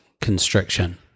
constriction